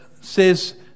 says